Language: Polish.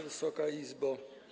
Wysoka Izbo!